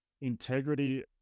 integrity